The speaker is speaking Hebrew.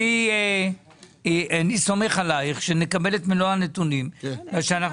אני סומך עלייך שנקבל את מלוא הנתונים בגלל שאנחנו